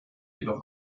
jedoch